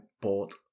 bought